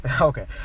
Okay